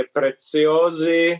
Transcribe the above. preziosi